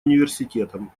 университетом